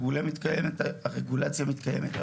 הרגולציה מתקיימת.